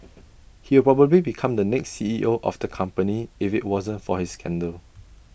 he will probably become the next C E O of the company if IT wasn't for his scandal